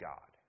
God